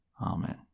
Amen